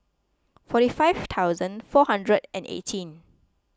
forty five thousand four hundred and eighteen